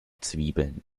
zwiebeln